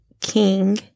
king